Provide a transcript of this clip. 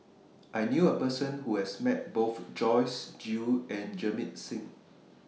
I knew A Person Who has Met Both Joyce Jue and Jamit Singh